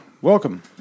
Welcome